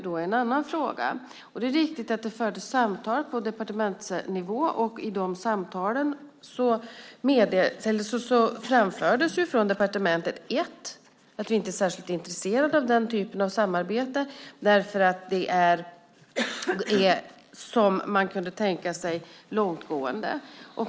Det är riktigt att det fördes samtal på departementsnivå, och i de samtalen framfördes från departementet att vi inte är särskilt intresserade av den typen av samarbete därför att det är, som man kunde tänka sig, långtgående.